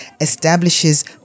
establishes